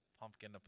Pumpkin